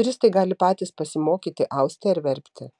turistai gali patys pasimokyti austi ar verpti